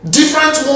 different